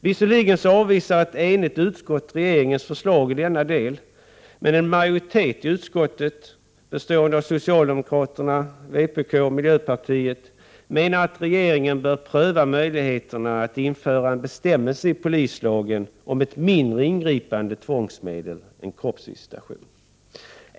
Visserligen avvisar ett enigt utskott regeringens förslag i denna del, men en majoritet i utskottet bestående av socialdemokraterna, vpk och miljöpartiet menar att regeringen bör pröva möjligheterna att införa en bestämmelse i polislagen om ett mindre ingripande tvångsmedel än kroppsvisitation.